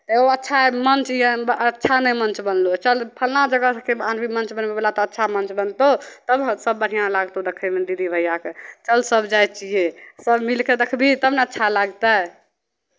तऽ एगो अच्छा मंच अच्छा नहि मंच बनलहु या चल फल्लाँ जगहके आनबै मंच बनबयवला तऽ अच्छा मंच बनतहु तब सभ बढ़िआँ लागतहु देखयमे दीदी भैयाकेँ चल सभ जाइ छियै सभ मिलि कऽ देखबिही तब ने अच्छा लागतै